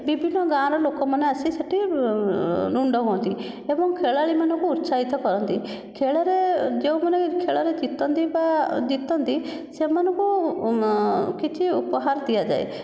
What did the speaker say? ବିଭିନ୍ନ ଗାଆଁର ଲୋକମାନେ ଆସିକି ସେଇଠି ରୁଣ୍ଡ ହୁଅନ୍ତି ଏବଂ ଖେଳାଳିମାନଙ୍କୁ ଉତ୍ସାହିତ କରନ୍ତି ଖେଳରେ ଯେଉଁମାନେ ଖେଳରେ ଜିତନ୍ତି ବା ଜିତନ୍ତି ସେମାନଙ୍କୁ କିଛି ଉପହାର ଦିଆଯାଏ